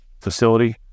facility